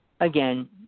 Again